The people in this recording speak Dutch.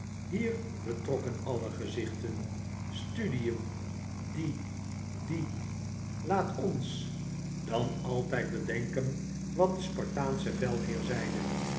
hier betrokken alle gezichten studien die die laat ons dan altyd bedenken wat de spartaansche veldheer zeide